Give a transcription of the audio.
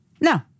No